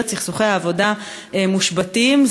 סכסוכי העבודה מושבתים הטיולים השנתיים.